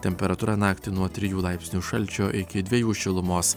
temperatūra naktį nuo trijų laipsnių šalčio iki dviejų šilumos